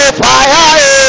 fire